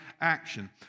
action